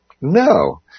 No